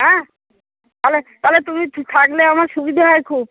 হ্যাঁ তালে তালে তুমি থাকলে আমার সুবিধা হয় খুব